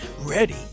ready